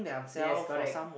yes correct